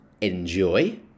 enjoy